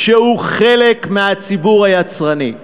שהוא חלק מהציבור היצרני.